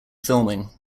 filming